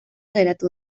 geratu